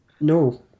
No